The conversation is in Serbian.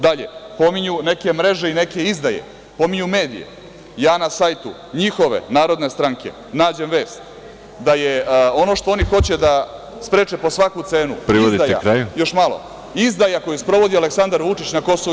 Dalje, pominju neke mreže i neke izdaje, pominju medije, ja na sajtu njihove narodne stranke nađem vest da je ono što oni hoće da spreče po svaku cenu izdaja koju sprovodi Aleksandar Vučić na KiM.